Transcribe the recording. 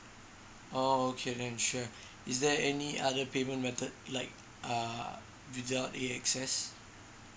oh okay then sure is there any other payment method like uh without A X S